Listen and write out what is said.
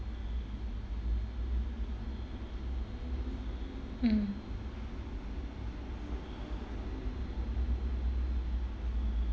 mm